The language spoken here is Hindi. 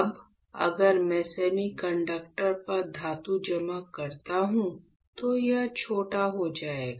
अब अगर मैं सेमीकंडक्टर पर धातु जमा करता हूं तो यह छोटा हो जाएगा